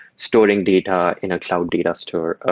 storing data in a cloud data store. ah